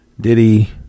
Diddy